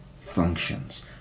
functions